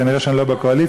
כנראה אני לא בקואליציה,